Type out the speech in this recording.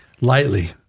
lightly